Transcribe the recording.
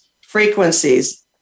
frequencies